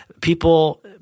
people